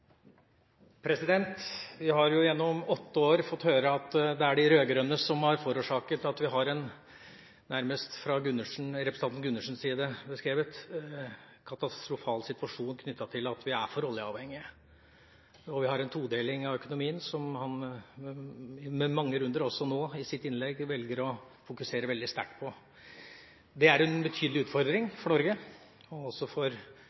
de rød-grønne som har forårsaket at vi har – beskrevet fra representanten Gundersens side – en nærmest katastrofal situasjon knyttet til at vi er for oljeavhengige og har en todeling av økonomien, som han i mange runder, også i sitt innlegg nå, velger å fokusere veldig sterkt på. Det er en betydelig utfordring for Norge, også for